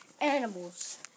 animals